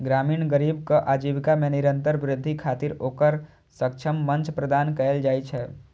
ग्रामीण गरीबक आजीविका मे निरंतर वृद्धि खातिर ओकरा सक्षम मंच प्रदान कैल जाइ छै